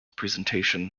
presentation